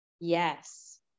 Yes